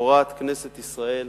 פורעת כנסת ישראל